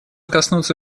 коснуться